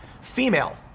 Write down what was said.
Female